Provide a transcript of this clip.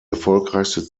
erfolgreichste